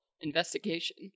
investigation